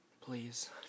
Please